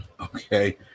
Okay